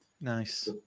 Nice